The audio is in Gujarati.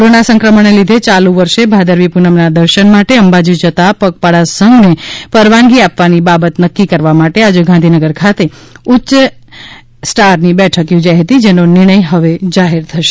કોરોના સંક્રમણને લીધે યાલુ વર્ષે ભાદરવી પૂનમના દર્શન માટે અંબાજી જતાં પગપાળા સંઘને પરવાનગી આપવાની બાબત નક્કી કરવા માટે આજે ગાંધીનગર ખાતે ઉચ્ય સ્ટારની બેઠક યોજાઇ હતી જેનો નિર્ણય હવે જાહેર થશે